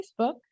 Facebook